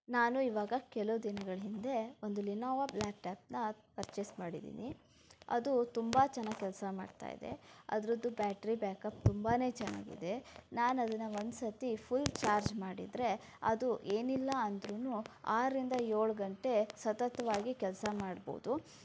ನಾನು ಈವಾಗ ಕೆಲವು ದಿನಗಳ ಹಿಂದೆ ಒಂದು ಲೆನೋವೊ ಲ್ಯಾಪ್ಟಾಪನ್ನು ಪರ್ಚೇಸ್ ಮಾಡಿದ್ದೀನಿ ಅದು ತುಂಬ ಚೆನ್ನಾಗಿ ಕೆಲಸ ಮಾಡ್ತಾ ಇದೆ ಅದರದ್ದು ಬ್ಯಾಟ್ರಿ ಬ್ಯಾಕಪ್ ತುಂಬ ಚೆನ್ನಾಗಿದೆ ನಾನದನ್ನು ಒಂದು ಸತಿ ಫುಲ್ ಚಾರ್ಜ್ ಮಾಡಿದರೆ ಅದು ಏನಿಲ್ಲ ಅಂದರೂ ಆರರಿಂದ ಏಳು ಗಂಟೆ ಸತತವಾಗಿ ಕೆಲಸ ಮಾಡ್ಬೋದು